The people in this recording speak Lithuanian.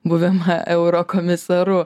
buvimą eurokomisaru